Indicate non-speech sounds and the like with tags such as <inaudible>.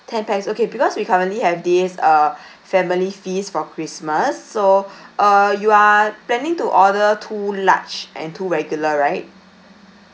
ten pax okay because we currently have this uh <breath> family feast for christmas so <breath> err you are planning to order two large and two regular right